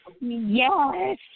Yes